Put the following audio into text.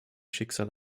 schicksal